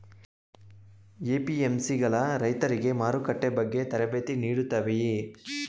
APMC ಗಳು ರೈತರಿಗೆ ಮಾರುಕಟ್ಟೆ ಬಗ್ಗೆ ತರಬೇತಿ ನೀಡುತ್ತವೆಯೇ?